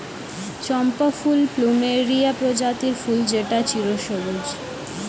চম্পা ফুল প্লুমেরিয়া প্রজাতির ফুল যেটা চিরসবুজ